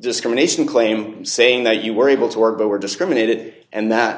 discrimination claim saying that you were able to work but were discriminated and that